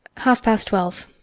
half past twelve.